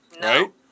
no